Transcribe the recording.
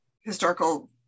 historical